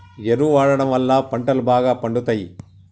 ఎరువు వాడడం వళ్ళ పంటలు బాగా పండుతయి